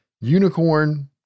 unicorn